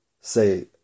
say